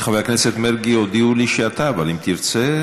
חבר הכנסת מרגי, הודיעו לי שאתה, אבל אם תרצה,